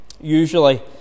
usually